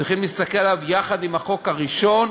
צריכים להסתכל עליו יחד עם החוק הראשון,